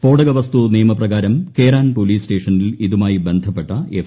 സ്ഫോടകവസ്തു നിയമപ്രകാരം കേരാൻ പോലീസ് സ്റ്റേഷനിൽ ഇതുമായി ബന്ധപ്പെട്ട എഫ്